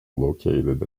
located